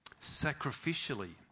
sacrificially